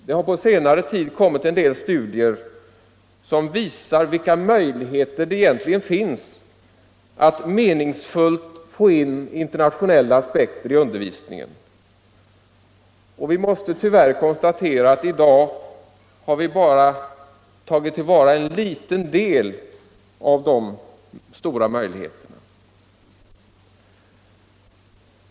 Det har på senare tid utförts en del studier som visar vilka möjligheter det egentligen finns att meningsfullt foga in internationella aspekter i undervisningen. Vi måste tyvärr konstatera att i dag har vi bara tagit till vara en liten del av de möjligheterna.